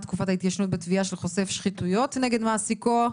תקופת ההתיישנות בתביעה של חושף שחיתויות נגד מעסיקו),